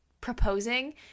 proposing